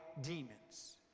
demons